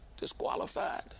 Disqualified